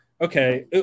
okay